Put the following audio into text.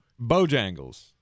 bojangles